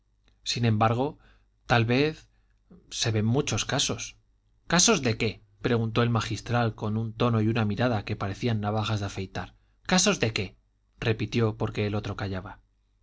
sin embargo tal vez se ven muchos casos casos de qué preguntó el magistral con un tono y una mirada que parecían navajas de afeitar casos de qué repitió porque el otro callaba